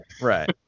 right